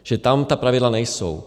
Že tam ta pravidla nejsou.